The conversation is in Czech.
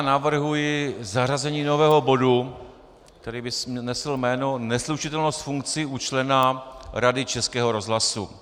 Navrhuji zařazení nového bodu, který by nesl jméno neslučitelnost funkcí u člena Rady Českého rozhlasu.